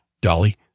Dolly